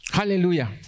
Hallelujah